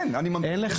אין, אין.